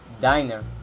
Diner